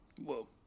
Whoa